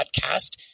podcast